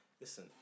listen